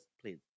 Please